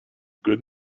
good